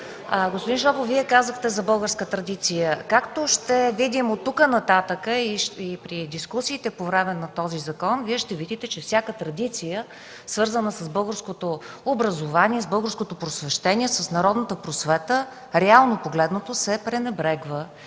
Господин Шопов, Вие казахте за българска традиция. Както ще видим оттук нататък и при дискусиите по време на този закон Вие ще видите, че всяка традиция, свързана с българското образование, с българското просвещение, с народната просвета, реално погледнато се пренебрегва.